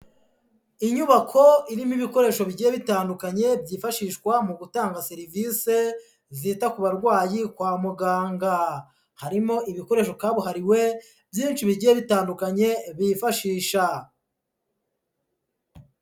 Inyubako irimo ibikoresho bigiye bitandukanye byifashishwa mu gutanga serivisi zita ku barwayi kwa muganga, harimo ibikoresho kabuhariwe byinshi bigiye bitandukanye bifashisha.